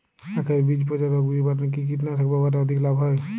আঁখের বীজ পচা রোগ নিবারণে কি কীটনাশক ব্যবহারে অধিক লাভ হয়?